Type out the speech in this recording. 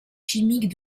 chimiques